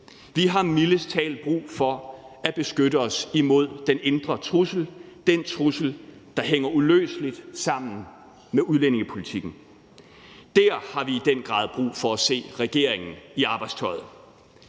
Vi har mildest talt brug for at beskytte os imod den indre trussel, den trussel, der hænger uløseligt sammen med udlændingepolitikken. Dér har vi i den grad brug for at se regeringen i arbejdstøjet.